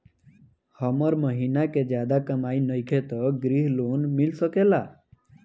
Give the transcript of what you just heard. हमर महीना के ज्यादा कमाई नईखे त ग्रिहऽ लोन मिल सकेला?